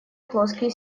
плоские